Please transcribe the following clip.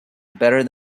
better